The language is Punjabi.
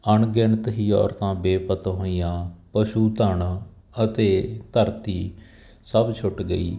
ਅਣਗਿਣਤ ਹੀ ਔਰਤਾਂ ਬੇਪਤ ਹੋਈਆਂ ਪਸ਼ੂ ਧੰਨ ਅਤੇ ਧਰਤੀ ਸਭ ਛੁੱਟ ਗਈ